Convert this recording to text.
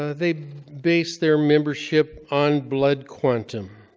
ah they based their membership on blood quantum,